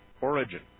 origin